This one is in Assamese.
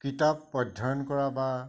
কিতাপ অধ্যয়ন কৰা বা